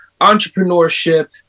entrepreneurship